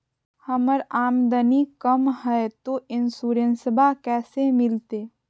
हमर आमदनी कम हय, तो इंसोरेंसबा कैसे मिलते?